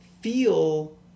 feel